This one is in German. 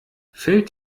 fällt